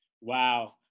Wow